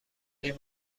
این